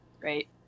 right